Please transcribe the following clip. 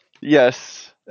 Yes